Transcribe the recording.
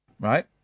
Right